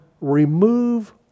remove